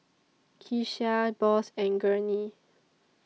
Kecia Boss and Gurney